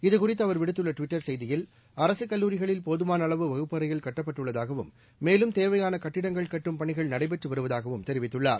இது குறித்து அவர் விடுத்துள்ள டுவிட்டர் செய்தியில் அரசு கல்லூரிகளில் போதுமான அளவு வகுப்பறைகள் கட்டப்பட்டுள்ளதாகவும் மேலும் தேவையான கட்டிடங்கள் கட்டும் பணிகள் நடைபெற்று வருவதாகவும் தெரிவித்துள்ளார்